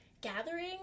gathering